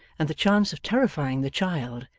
and the chance of terrifying the child,